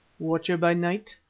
watcher-by-night,